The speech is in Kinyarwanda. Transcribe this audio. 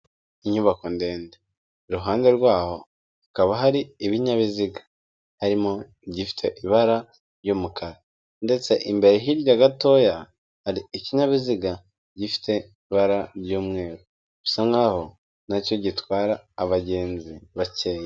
Inyubako ndende, iruhande rwaho hakaba hari ibinyabiziga, harimo igifite ibara ry'umukara ndetse imbere hirya gatoya hari ikinyabiziga gifite ibara ry'umweru, bisa nk'aho na cyo gitwara abagenzi bakeya.